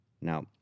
Now